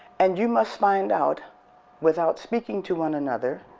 and you must find out without speaking to one another,